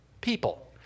people